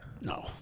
No